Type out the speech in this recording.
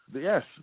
yes